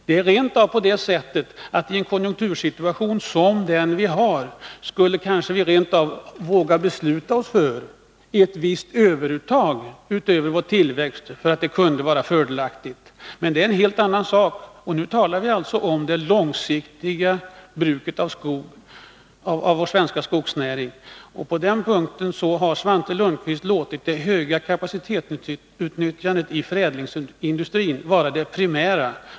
Det är rent av på det sättet att i en sådan konjunktursituation som vi har nu skulle vi kanske våga besluta oss för ett visst överuttag utöver tillväxten. Det kunde vara fördelaktigt. Men det är en helt annan sak. Nu talar vi om det långsiktiga bruket av skogen. På den punkten har Svante Lundkvist låtit det höga kapacitetsutnyttjandet i förädlingsindustrin vara det primära.